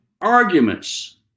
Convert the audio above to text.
arguments